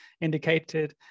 indicated